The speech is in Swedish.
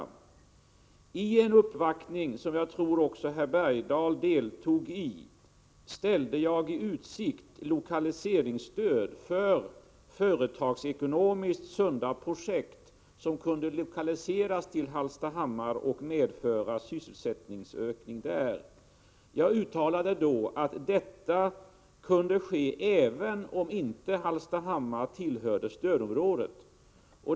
Vid en uppvaktning, som jag tror att herr Bergdahl deltog i, ställde jag i utsikt lokaliseringsstöd för företagsekonomiskt sunda projekt som kunde lokaliseras till Hallstahammar och medföra sysselsättningsökning där. Jag uttalade då att detta kunde ske trots att Hallstahammar inte tillhörde stödområdet.